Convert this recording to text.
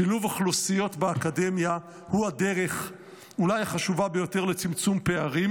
שילוב אוכלוסיות באקדמיה הוא הדרך אולי החשובה ביותר לצמצום פערים,